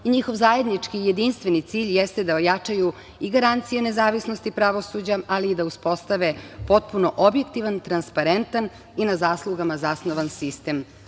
zakona. Njihov zajednički i jedinstveni cilj jeste da ojačaju i garancije nezavisnosti pravosuđa, ali i da uspostave potpuno objektivan, transparentan i na zaslugama zasnivan sistem